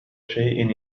شيء